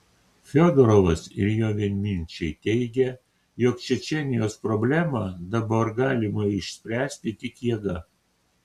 fiodorovas ir jo vienminčiai teigia jog čečėnijos problemą dabar galima išspręsti tik jėga